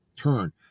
turn